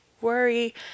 worry